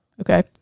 okay